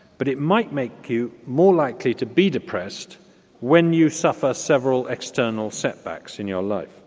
but it might make you more likely to be depressed when you suffer several external setbacks in your life.